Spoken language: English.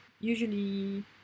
usually